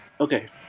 Okay